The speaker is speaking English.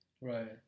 Right